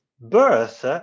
birth